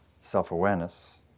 self-awareness